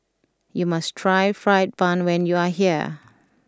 you must try Fried Bun when you are here